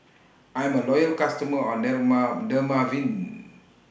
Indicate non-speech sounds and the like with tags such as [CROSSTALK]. I'm A Loyal customer of [UNINTELLIGIBLE] Dermaveen